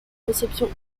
conceptions